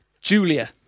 Julia